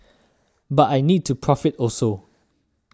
but I need to profit also